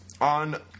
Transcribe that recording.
on